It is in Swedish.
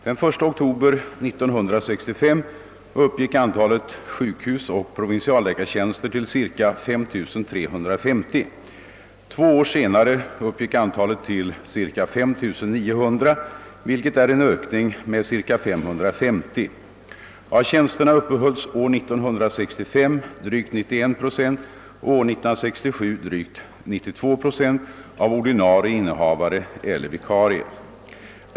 Den 1 oktober 1965 uppgick antalet sjukhusoch provinsialläkartjänster till cirka 5 350. Två år senare uppgick antalet till ungefär 5 900, vilket är en ökning med omkring 550. Av tjänsterna uppehölls år 1965 drygt 91 procent och år 1967 drygt 92 procent av ordinarie innehavare eller vikarier.